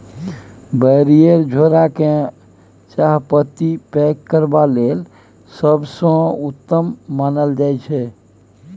barrier झोरा केँ चाहपत्ती पैक करबा लेल सबसँ उत्तम मानल जाइ छै